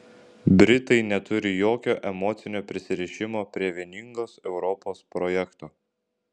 britai neturi jokio emocinio prisirišimo prie vieningos europos projekto